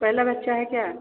पहला बच्चा है क्या